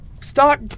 start